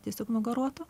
tiesiog nugaruotų